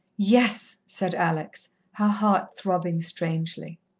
yes, said alex, her heart throbbing strangely.